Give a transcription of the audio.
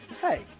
Hey